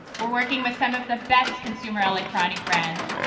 we're working with some of the best consumer electronic brands,